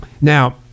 Now